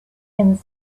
and